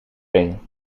ring